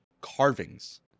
carvings